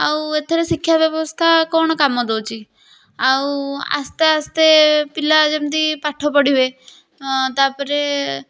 ଆଉ ଏଥିରେ ଶିକ୍ଷା ବ୍ୟବସ୍ଥା କ'ଣ କାମ ଦେଉଛି ଆଉ ଆସ୍ତେ ଆସ୍ତେ ପିଲା ଯେମିତି ପାଠ ପଢ଼ିବେ ତା'ପରେ